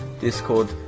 Discord